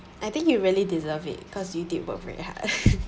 I think you really deserve it because you did work very hard